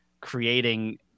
creating